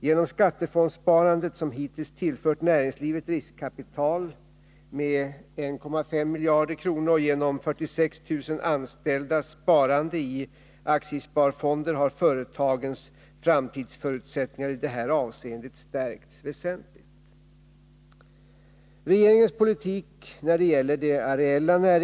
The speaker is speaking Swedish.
Genom skattefondssparandet, som hittills tillfört näringslivet riskkapital med 1,5 miljarder kronor, och genom 46 000 anställdas sparande i aktiesparfonder har företagens framtidsförutsättningar i detta avseende stärkts väsentligt.